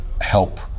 help